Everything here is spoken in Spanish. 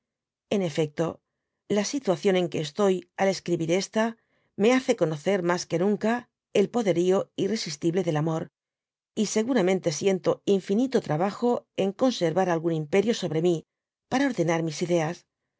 n efecto la situación en que estoy al escribir esta me hace conocer mas que nunca el poderío irresistible del amor y seguramente siento infinito trabajo en conservar algún imperi sobre mi para ordenar mis ideas